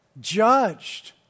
judged